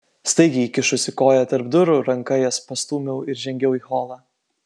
staigiai įkišusi koją tarp durų ranka jas pastūmiau ir žengiau į holą